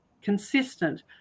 consistent